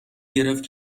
گرفت